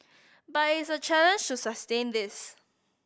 but it's a challenge to sustain this